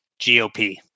GOP